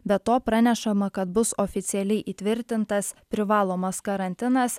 be to pranešama kad bus oficialiai įtvirtintas privalomas karantinas